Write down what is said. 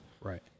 Right